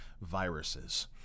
viruses